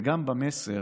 וגם במסר: